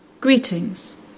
Greetings